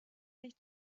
sich